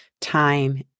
time